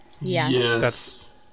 Yes